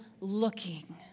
looking